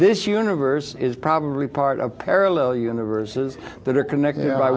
this universe is probably part of parallel universes that are connected